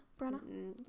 Brenna